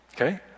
Okay